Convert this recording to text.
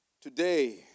Today